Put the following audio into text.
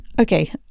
okay